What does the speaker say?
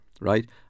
right